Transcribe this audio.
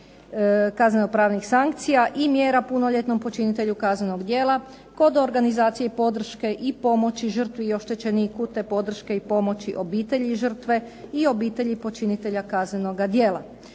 kazneno-pravnih sankcija i mjera punoljetnom počinitelju kaznenog djela kod organizacije i podrške i pomoći žrtvi i oštećeniku, te podrške i pomoći obitelji žrtve i obitelji počinitelja kaznenoga djela.